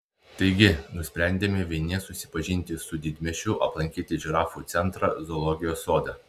taigi nusprendėme vieni susipažinti su didmiesčiu aplankyti žirafų centrą zoologijos sodą